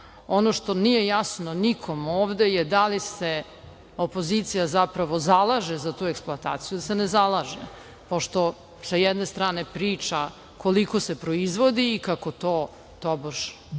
što nije jasno nikom ovde da li se opozicija zapravo zalaže za tu eksploataciju ili ne zalaže, pošto s jedne strane priča koliko se proizvodi i kako to tobož